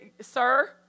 sir